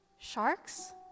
sharks